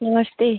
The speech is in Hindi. नमस्ते